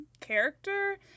character